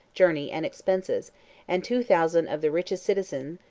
journey, and expenses and two thousand of the richest citizens,